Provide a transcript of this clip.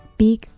big